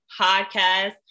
podcast